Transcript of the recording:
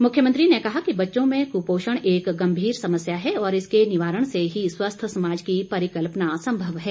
मुख्यमंत्री ने कहा कि बच्चों में कुपोषण एक गंभीर समस्या है और इसके निवारण से ही स्वस्थ समाज की परिकल्पना संभव है